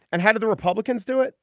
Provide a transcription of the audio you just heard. and how did the republicans do it?